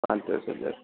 પાંચ દસ હજાર